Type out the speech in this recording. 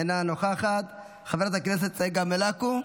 אינה נוכחת, חברת הכנסת צגה מלקו,